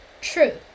True